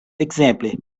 ekzemple